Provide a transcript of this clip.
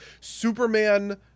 Superman